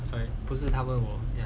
sorry 不是他问我